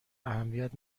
اهمیت